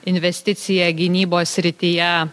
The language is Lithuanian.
investicija gynybos srityje